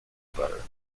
butter